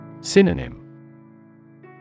Synonym